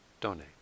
donate